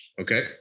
Okay